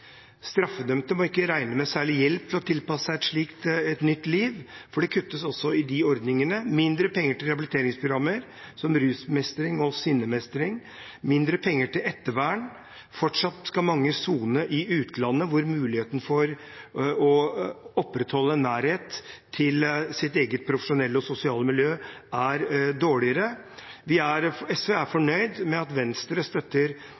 Straffedømte må ikke regne med særlig hjelp for å tilpasse seg et nytt liv, for det kuttes også i de ordningene. Det er mindre penger til rehabiliteringsprogrammer, som rusmestring og sinnemestring, mindre penger til ettervern, og fortsatt skal mange sone i utlandet, hvor muligheten for å opprettholde nærhet til sitt eget profesjonelle og sosiale miljø er dårligere. SV er fornøyd med at Venstre støtter